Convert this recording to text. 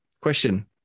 Question